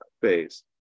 phase